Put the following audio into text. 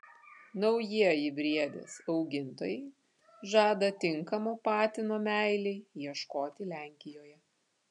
naujieji briedės augintojai žada tinkamo patino meilei ieškoti lenkijoje